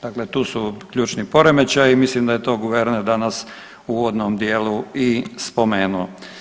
Dakle, tu su ključni poremećaji i mislim da je to guverner danas u uvodom dijelu i spomenuo.